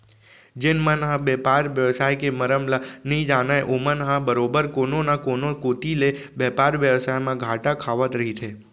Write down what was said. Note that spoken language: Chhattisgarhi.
जेन मन ह बेपार बेवसाय के मरम ल नइ जानय ओमन ह बरोबर कोनो न कोनो कोती ले बेपार बेवसाय म घाटा खावत रहिथे